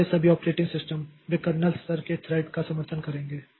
इसलिए ये सभी ऑपरेटिंग सिस्टम वे कर्नेल स्तर के थ्रेड का समर्थन करेंगे